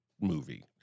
movie